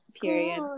period